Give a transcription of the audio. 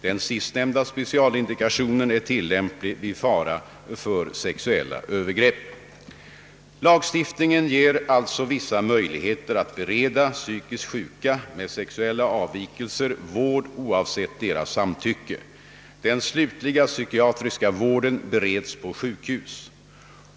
Den sistnämnda specialindikationen är tillämplig vid fara för sexuella övergrepp. Lagstiftningen ger alltså vissa möjligheter att bereda psykiskt sjuka med sexuella avvikelser vård oavsett deras samtycke. Den slutna psykiatriska vården bereds på sjukhus.